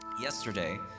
yesterday